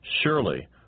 Surely